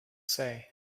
say